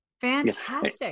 Fantastic